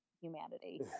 humanity